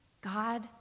God